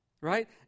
Right